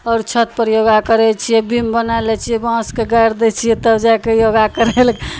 आओर छतपर योगा करै छियै बीम बना लै छियै बाँसके गाड़ि दै छियै तब जा कऽ योगा करय लेल